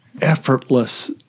effortless